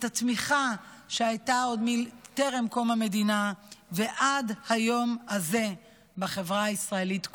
את התמיכה שהייתה עוד טרם קום המדינה ועד היום הזה בחברה הישראלית כולה.